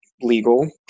legal